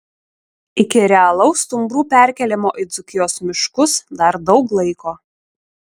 iki realaus stumbrų perkėlimo į dzūkijos miškus dar daug laiko